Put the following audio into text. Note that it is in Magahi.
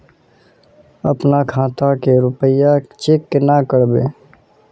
अपना खाता के रुपया चेक केना करबे?